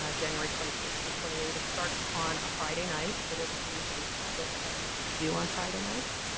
ah january twenty sixth to twenty eight. it starts on a friday night, for those of you who don't have much to do on friday nights?